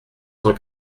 cent